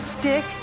dick